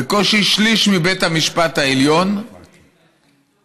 בקושי שליש מבית המשפט העליון מביעים